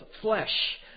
flesh